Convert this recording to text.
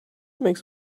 makes